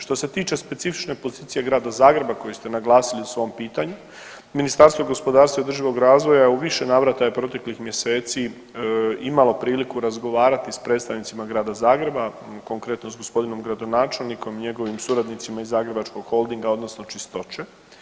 Što se tiče specifične pozicije Grada Zagreba koji ste naglasili u svom pitanju, Ministarstvo gospodarstva i održivog razvoja je u više navrata proteklih mjeseci imalo priliku razgovarati s predstavnicima Grada Zagreba, konkretno s g. gradonačelnikom i njegovim suradnicima iz Zagrebačkog Holdinga odnosno Čistoće.